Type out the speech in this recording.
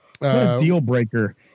deal-breaker